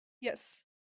Yes